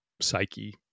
psyche